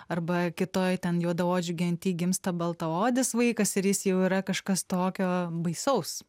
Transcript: arba kitoj ten juodaodžių genty gimsta baltaodis vaikas ir jis jau yra kažkas tokio baisaus